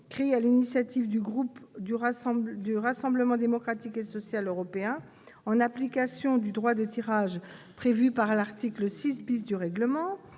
créée sur l'initiative du groupe du Rassemblement Démocratique et Social Européen en application du droit de tirage prévu par l'article 6 du règlement.